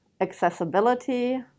accessibility